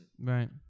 Right